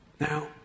Now